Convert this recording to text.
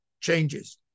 changes